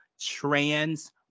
trans